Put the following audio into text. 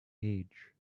age